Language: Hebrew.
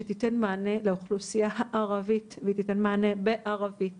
שתיתן מענה לאוכלוסייה הערבית ותיתן מענה בערבית